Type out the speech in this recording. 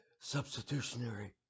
substitutionary